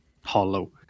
hollow